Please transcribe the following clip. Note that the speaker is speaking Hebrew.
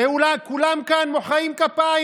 שכולם כאן מוחאים כפיים,